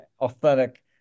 authentic